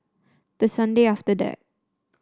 the Sunday after that